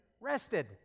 rested